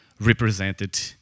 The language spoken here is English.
represented